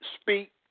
speak